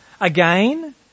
Again